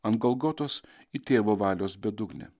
ant golgotos į tėvo valios bedugnę